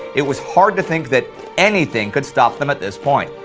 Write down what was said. it was hard to think that anything could stop them at this point.